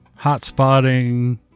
hotspotting